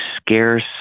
scarce